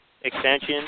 extension